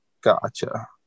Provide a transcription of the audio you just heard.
Gotcha